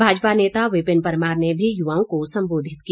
भाजपा नेता विपिन परमार ने भी युवाओं को संबोधित किया